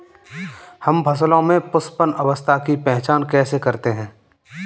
हम फसलों में पुष्पन अवस्था की पहचान कैसे करते हैं?